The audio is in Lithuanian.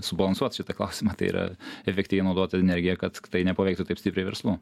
subalansuot šitą klausimą tai yra efektyviai naudot energiją kad tai nepaveiktų taip stipriai verslų